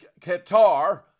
Qatar